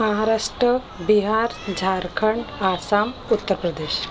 Maharashtra Bihar Jharkhand Assam Uttar Pradesh